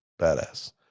badass